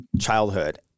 childhood